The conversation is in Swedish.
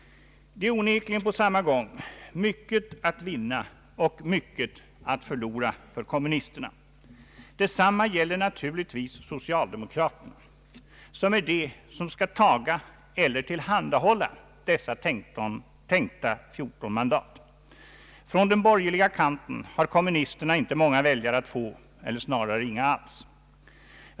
Det är onekligen på samma gång myc ket att vinna och mycket att förlora för kommunisterna. Detsamma gäller naturligtvis socialdemokraterna, som är de som skall taga eller tillhandahålla dessa tänkta 14 mandat. Från den bor: gerliga kanten har kommunisterna inte många väljare att få, eller snarare inga alls.